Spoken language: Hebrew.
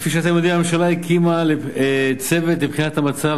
כפי שאתם יודעים, הממשלה הקימה צוות לבחינת המצב,